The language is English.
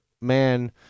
man